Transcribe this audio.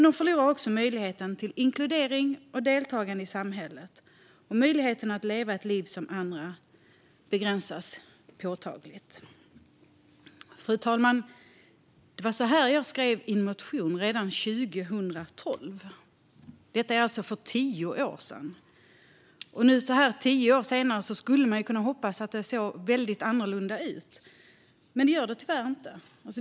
De förlorar också möjligheten till inkludering och deltagande i samhället. Möjligheten att leva ett liv som andra begränsas påtagligt. Fru talman! Det var på detta sätt jag skrev i en motion till riksdagen redan 2012, för tio år sedan. Nu, tio år senare, hade man ju hoppats att det skulle se annorlunda ut, men det gör det tyvärr inte.